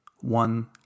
One